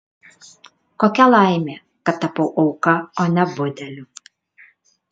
kokia laimė kad tapau auka o ne budeliu